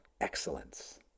excellence